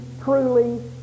truly